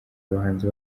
abahanzi